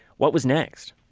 what was next?